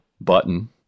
button